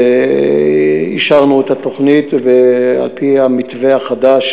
אישרנו את התוכנית על-פי המתווה החדש,